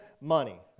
money